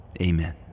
Amen